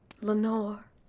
Lenore